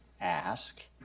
ask